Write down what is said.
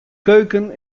keuken